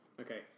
Okay